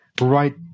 right